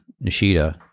Nishida